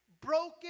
broken